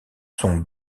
sont